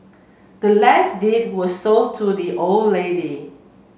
the land's deed was sold to the old lady